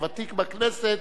כוותיק בכנסת,